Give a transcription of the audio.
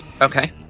Okay